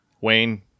Wayne